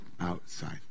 outside